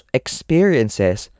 experiences